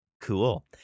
Cool